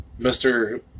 Mr